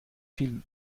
vielen